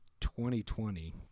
2020